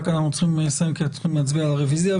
רק אנחנו צריכים לסיים כי אנחנו צריכים להצביע על הרוויזיה.